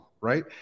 right